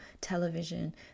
television